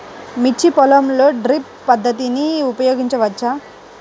మిర్చి పొలంలో డ్రిప్ పద్ధతిని ఉపయోగించవచ్చా?